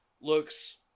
looks